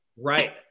Right